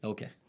Okay